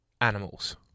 animals